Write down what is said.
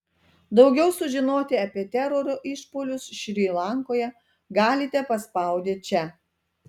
daugiau sužinoti apie teroro išpuolius šri lankoje galite paspaudę čia